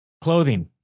Clothing